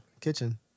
kitchen